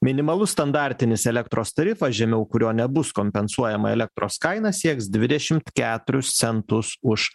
minimalus standartinis elektros tarifas žemiau kurio nebus kompensuojama elektros kaina sieks dvidešimt keturis centus už